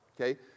okay